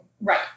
Right